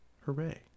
hooray